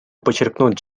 подчеркнуть